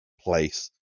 place